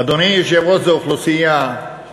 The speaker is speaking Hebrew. אדוני היושב-ראש, זו אוכלוסייה של